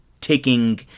taking